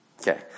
Okay